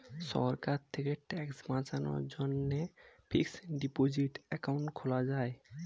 সরকার থেকে ট্যাক্স বাঁচানোর জন্যে ফিক্সড ডিপোসিট অ্যাকাউন্ট খোলা যায়